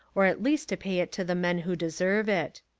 or at least to pay it to the men who deserve it.